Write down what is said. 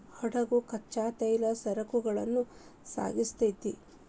ಹಡಗು ಕಚ್ಚಾ ತೈಲದ ಸರಕುಗಳನ್ನ ಸಾಗಿಸ್ತೆತಿ